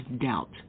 doubt